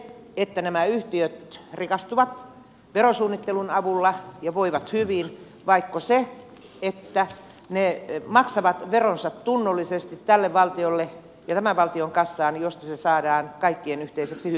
se että nämä yhtiöt rikastuvat verosuunnittelun avulla ja voivat hyvin vaiko se että ne maksavat veronsa tunnollisesti tälle valtiolle ja tämän valtion kassaan josta se saadaan kaikkien yhteiseksi hyödyksi